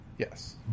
Yes